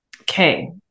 okay